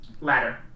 ladder